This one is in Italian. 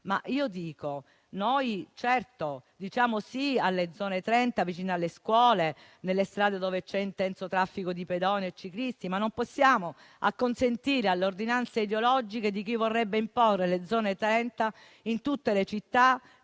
noi di certo diciamo sì alle Zone 30 vicino alle scuole, nelle strade dove c'è intenso traffico di pedoni e ciclisti, ma non possiamo acconsentire alle ordinanze ideologiche di chi vorrebbe imporre le Zone 30 in tutte le città,